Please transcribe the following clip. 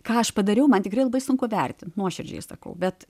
ką aš padariau man tikrai labai sunku vertint nuoširdžiai sakau bet